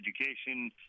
education